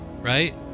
right